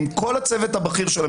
עם כל הצוות הבכיר של המשרד,